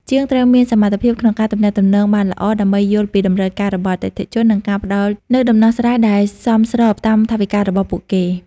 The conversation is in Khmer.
ជាងត្រូវមានសមត្ថភាពក្នុងការទំនាក់ទំនងបានល្អ ដើម្បីយល់ពីតម្រូវការរបស់អតិថិជន និងការផ្តល់នូវដំណោះស្រាយដែលសមស្របតាមថវិការបស់ពួកគេ។